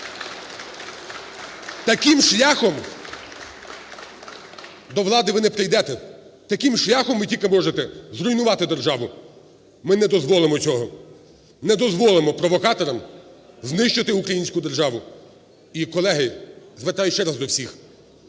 Таким шляхом до влади ви не прийдете. Таким шляхом ви тільки можете зруйнувати державу. Ми дозволимо цього, не дозволимо провокаторам знищити українську державу. І, колеги, звертаюсь ще раз до всіх: